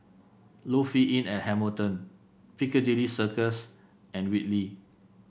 Lofi Inn at Hamilton Piccadilly Circus and Whitley